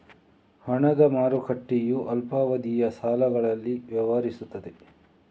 ಹಣದ ಮಾರುಕಟ್ಟೆಯು ಅಲ್ಪಾವಧಿಯ ಸಾಲಗಳಲ್ಲಿ ವ್ಯವಹರಿಸುತ್ತದೆ